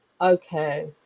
Okay